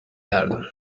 گردون